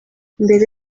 mbere